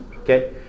Okay